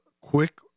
quick